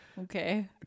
Okay